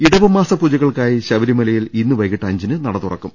ഇടവമാസ പൂജകൾക്കായി ശബരിമലയിൽ ഇന്ന് വൈകീട്ട് അഞ്ചിന് നട തുറക്കും